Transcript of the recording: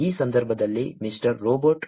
ಈ ಸಂದರ್ಭದಲ್ಲಿ Mr